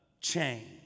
change